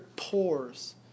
pores